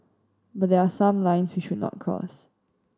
but there are some lines we should not cross